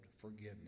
forgiveness